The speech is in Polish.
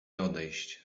odejść